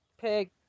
pig